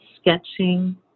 sketching